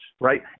right